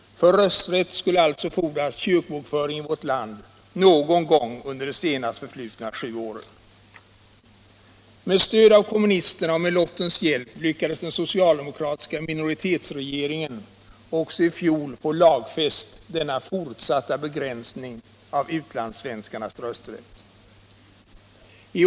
För rösträtt skulle alltså fordras kyrkobokföring i vårt land någon gång under de senast förflutna sju åren. Med stöd av kommunisterna och med lottens hjälp lyckades den socialdemokratiska minoritetsregeringen också i fjol få denna fortsatta begränsning av utlandssvenskarnas rösträtt lagfäst.